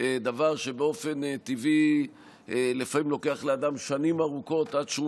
דבר שבאופן טבעי לוקח לאדם שנים ארוכות עד שהוא